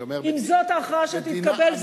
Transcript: אם זאת ההכרעה שתתקבל, זה עניין אחד.